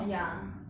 ya